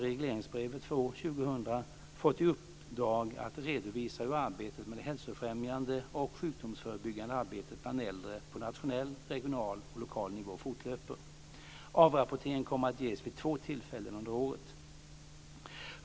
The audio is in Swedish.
2000 fått i uppdrag att redovisa hur arbetet med det hälsofrämjande och sjukdomsförebyggande arbetet bland äldre på nationell, regional och lokal nivå fortlöper. Avrapporteringen kommer att ges vid två tillfällen under året.